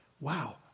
Wow